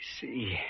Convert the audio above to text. see